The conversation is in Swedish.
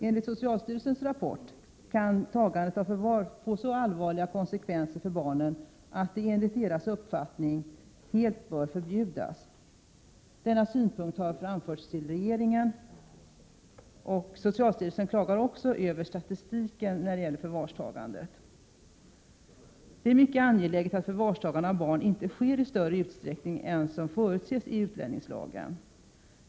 Enligt socialstyrelsens rapport kan tagandet i förvar få så allvarliga konsekvenser för barnen att det enligt socialstyrelsens uppfattning helt bör förbjudas. Denna synpunkt har framförts till regeringen. Socialstyrelsen har också framfört klagomål när det gäller statistiken över förvarstagandet. Det är mycket angeläget att förvarstagande av barn inte sker i större utsträckning än som förutses i utlänningslagen.